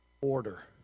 order